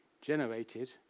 generated